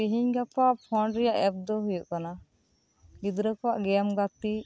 ᱛᱮᱹᱦᱮᱹᱧ ᱜᱟᱯᱟ ᱯᱷᱳᱱ ᱨᱮᱭᱟᱜ ᱮᱯ ᱫᱚ ᱦᱳᱭᱳᱜ ᱠᱟᱱᱟ ᱜᱤᱫᱽᱨᱟᱹ ᱠᱚᱣᱟᱜ ᱜᱮᱹᱢ ᱜᱟᱹᱛᱤᱜ